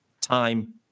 time